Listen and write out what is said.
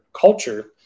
culture